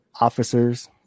officers